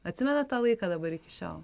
atsimenat tą laiką dabar iki šiol